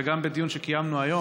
בדיון שקיימנו היום,